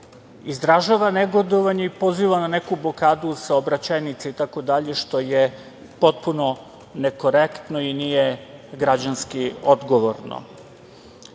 izražava negodovanje i poziva za neku blokadu saobraćajnica itd, što je potpuno nekorektno i nije građanski odgovorno. Ono